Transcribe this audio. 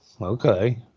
okay